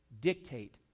dictate